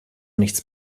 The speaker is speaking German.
nichts